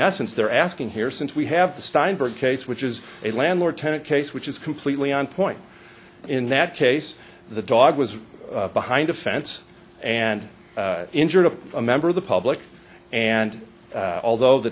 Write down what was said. essence they're asking here since we have the steinberg case which is a landlord tenant case which is completely on point in that case the dog was behind a fence and injured of a member of the public and although the